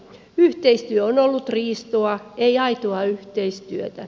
yhteistyö on ollut riistoa ei aitoa yhteistyötä